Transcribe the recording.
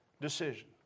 decision